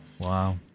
Wow